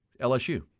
LSU